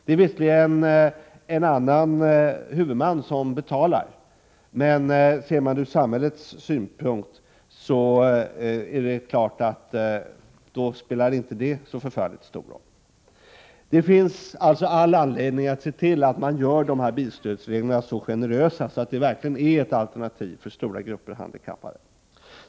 Det är visserligen en annan huvudman som betalar, men sett ur samhällets synpunkt är det klart att det inte spelar så stor roll. Det finns alltså all anledning att se till att bilstödsreglerna görs så generösa att det för stora grupper handikappade verkligen är ett alternativ att ha egen bil.